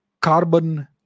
carbon